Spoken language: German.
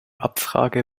abfrage